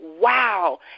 wow